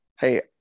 hey